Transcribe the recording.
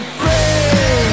free